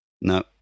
No